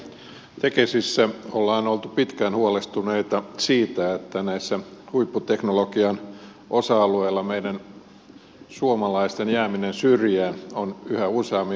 tekesissä on oltu pitkään huolestuneita siitä että näillä huipputeknologian osa alueilla meidän suomalaisten jääminen syrjään on yhä useammin mahdollista